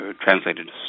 translated